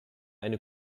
eine